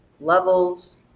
levels